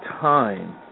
time